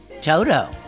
Toto